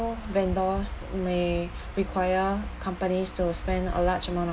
vendors may require companies to spend a large amount of